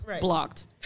Blocked